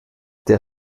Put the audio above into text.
der